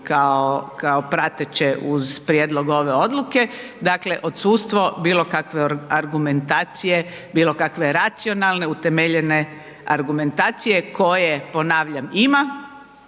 kao prateće uz prijedlog ove odluke. Dakle, odsustvo bilo kakve argumentacije, bilo kakve racionalne utemeljene argumentacije, koje, ponavljam, ima,